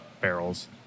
barrels